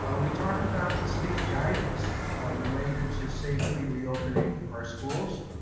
ah we talked about the state guidance related to safely reopening our schools.